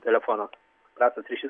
telefono prastas ryšys